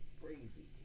crazy